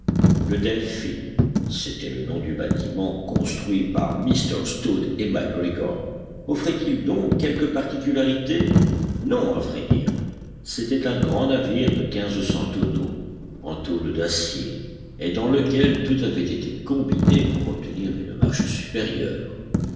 le delphin c'était le nom du bâtiment construit par mm tod et mac grégor offrait il donc quelque particularité non à vrai dire c'était un grand navire de quinze cents tonneaux en tôle d'acier et dans lequel tout avait été combiné pour obtenir une marche supérieure